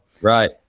Right